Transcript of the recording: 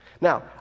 Now